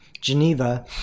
Geneva